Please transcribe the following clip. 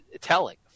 telling